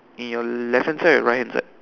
in your left hand side or your right hand side